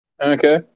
Okay